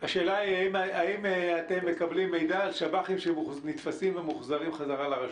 השאלה היא אם אתם מקבלים מידע על שב"חים שנתפסים ומוחזרים חזרה לרשות?